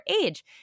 age